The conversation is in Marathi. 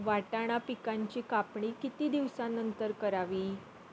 वाटाणा पिकांची कापणी किती दिवसानंतर करावी?